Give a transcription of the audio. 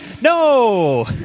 No